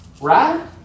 Right